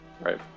right